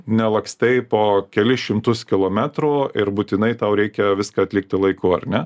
nelakstai po kelis šimtus kilometrų ir būtinai tau reikia viską atlikti laiku ar ne